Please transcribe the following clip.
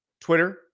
Twitter